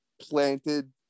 planted